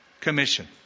commission